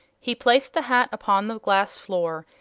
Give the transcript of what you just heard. he placed the hat upon the glass floor,